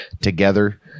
together